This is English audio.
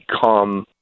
become